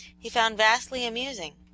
he found vastly amusing,